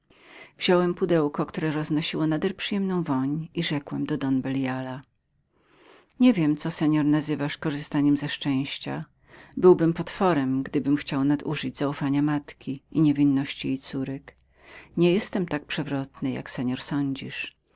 wziąłem pudełko które roznosiło nader przyjemną woń i rzekłem do don beliala nie wiem co pan nazywasz korzystaniem ze szczęścia sądzę jednak że byłbym potworem gdybym chciał nadużyć zaufania matki i niewinności jej córek nie jestem tak przewrotnym jak